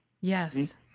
Yes